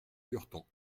lurton